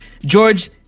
George